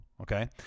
okay